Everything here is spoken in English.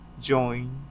join